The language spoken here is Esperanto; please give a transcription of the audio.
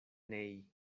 nei